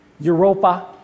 Europa